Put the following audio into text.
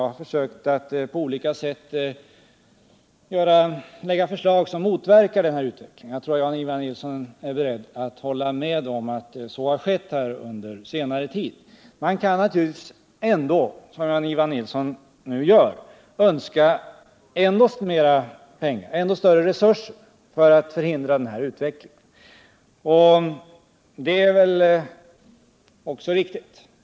Jag har också på olika sätt försökt lägga fram förslag som motverkar denna utveckling. Jag tror att Jan-Ivan Nilsson är beredd att hålla med om att så har skett under senare tid. Man kan naturligtvis ändå, som Jan-Ivan Nilsson nu gör, önska ännu större resurser för att förhindra denna utveckling. Det är kanske riktigt.